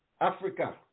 Africa